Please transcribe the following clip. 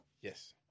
Yes